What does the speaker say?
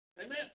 Amen